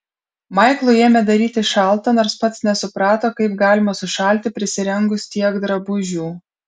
maiklui ėmė darytis šalta nors pats nesuprato kaip galima sušalti prisirengus tiek drabužių